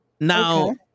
Now